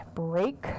break